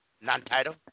non-title